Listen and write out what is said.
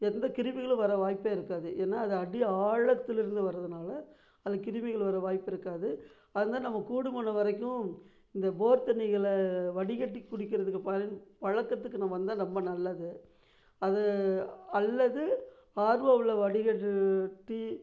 எந்த கிருமிகளும் வர வாய்ப்பே இருக்காது ஏன்னா அது அடி ஆழத்தில் இருந்து வரதனால அதில் கிருமிகள் வர வாய்ப்பு இருக்காது அதனால் நம்ம கூடுமான வரைக்கும் இந்த போர் தண்ணிகளை வடிகட்டி குடிக்கிறதுக்கு பயன் பழக்கத்துக்கு நம்ம வந்தால் ரொம்ப நல்லது அது அல்லது ஆர்ஓவில் வடிகட்ரு டி